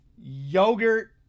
yogurt